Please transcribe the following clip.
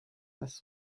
passe